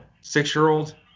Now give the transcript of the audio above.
six-year-old